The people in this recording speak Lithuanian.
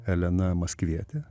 elena maskvietė